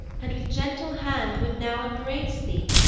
and with gentle hand would now embrace thee,